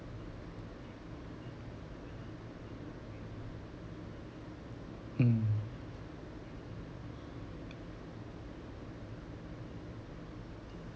mm